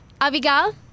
Abigail